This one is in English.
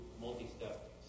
multi-step